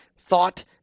thought